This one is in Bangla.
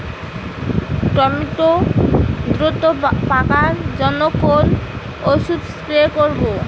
টমেটো দ্রুত পাকার জন্য কোন ওষুধ স্প্রে করব?